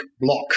block